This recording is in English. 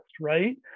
right